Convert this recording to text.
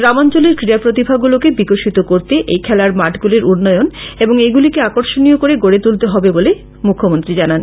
গ্রামাঞ্চলের ক্রীড়া প্রতিভাগুলোকে বিকশিত করতে এই খেলার মাঠগুলির উন্নয়ন এবং এগুলিকে আকর্ষণীয়করে গড়ে তুলতে হবে বলে মুখ্যমন্ত্রী জানান